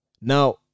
Now